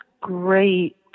great